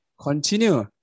continue